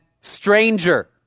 stranger